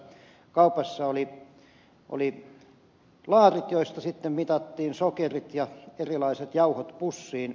kaupassa oli laarit joista sitten mitattiin sokerit ja erilaiset jauhot pussiin